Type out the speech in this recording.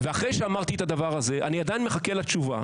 ואחרי שאמרתי את הדבר הזה אני עדיין מחכה לתשובה,